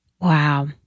Wow